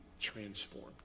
transformed